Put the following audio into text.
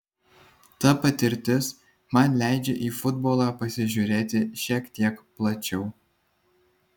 ta patirtis man leidžia į futbolą pasižiūrėti šiek tiek plačiau